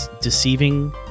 deceiving